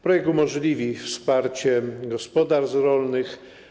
Projekt umożliwi wsparcie gospodarstw rolnych.